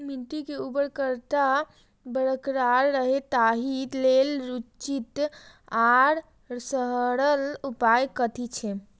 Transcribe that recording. मिट्टी के उर्वरकता बरकरार रहे ताहि लेल उचित आर सरल उपाय कथी छे?